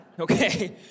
okay